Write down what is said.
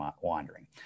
wandering